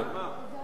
אני מבקש,